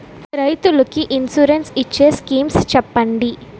రైతులు కి ఇన్సురెన్స్ ఇచ్చే స్కీమ్స్ చెప్పండి?